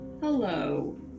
Hello